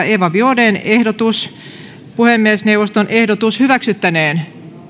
eva biaudetn ehdotus puhemiesneuvoston ehdotus hyväksyttäneen